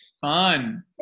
Fun